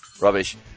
rubbish